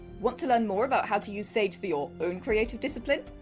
want to learn more about how to use sage for your own creative discipline?